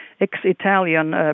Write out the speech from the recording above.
ex-Italian